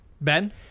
Ben